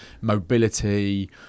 mobility